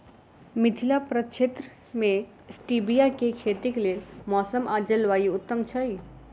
मिथिला प्रक्षेत्र मे स्टीबिया केँ खेतीक लेल मौसम आ जलवायु उत्तम छै?